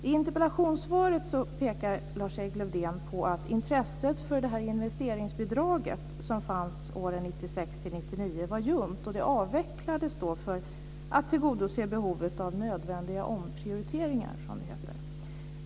I interpellationssvaret pekar Lars-Erik Lövdén på att intresset för investeringsbidraget, som fanns åren 1996-1999, var ljumt och att det avvecklades för att tillgodose behovet av nödvändiga omprioriteringar, som det heter.